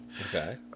Okay